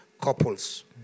Couples